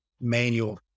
manual